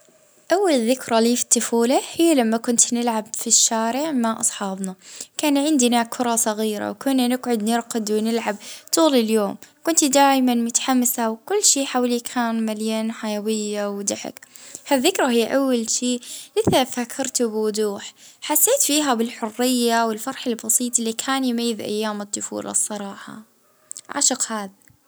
أول ذكرى ليا وجت كنا نلعب بالتراب فى الحوش ونبنوا كيف جصور صغيرة كنت حاسة روحي مهندسة صغيرة يعني والضحك كان ما يوجفش.